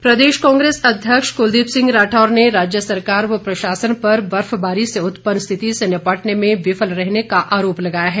राठौर प्रदेश कांग्रेस अध्यक्ष कुलदीप सिंह राठौर ने राज्य सरकार व प्रशासन पर बर्फबारी से उत्पन्न स्थिति से निपटने में विफल रहने का आरोप लगाया है